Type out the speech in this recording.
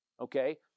okay